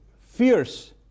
fierce